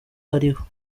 ariho